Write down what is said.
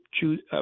choose